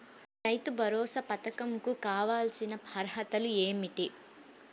రైతు భరోసా పధకం కు కావాల్సిన అర్హతలు ఏమిటి?